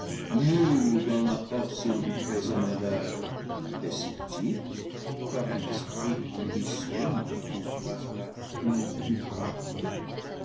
dont la portion du présent mal heur est si petite par un esprit ambitieux n'en convoitera une plus grande